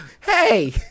Hey